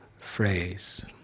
phrase